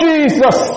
Jesus